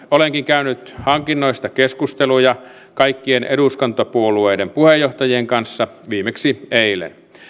olenkin käynyt hankinnoista keskusteluja kaikkien eduskuntapuolueiden puheenjohtajien kanssa viimeksi eilen